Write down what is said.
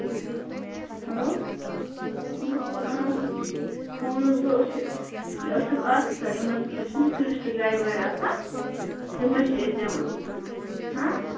ٹھیٖک hello phone حظ گوٚو أسۍ چھِ أسۍ چھِ حظ آفِسر یِم حظ یِم چھِ نہٕ حظ ٹوٗرِشٹ گایِڈ وایِڈ آسان تِمَے چھِ أسۍ دِوا ہہ